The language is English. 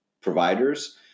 providers